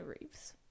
Reeves